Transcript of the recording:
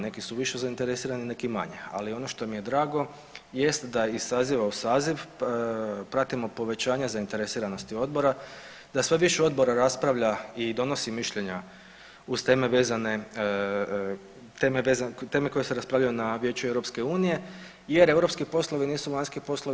Neki su više zainteresirani, neki manje, ali ono što mi je drago jest da iz saziva u saziv pratimo povećanja zainteresiranosti odbora, da sve više odbora raspravlja i donosi mišljenja uz teme vezane, teme koje se raspravljaju na Vijeću EU jer europski poslovi nisu vanjski poslovi.